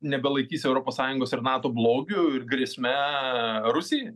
nebelaikys europos sąjungos ir nato blogiu ir grėsme rusijai